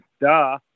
Duh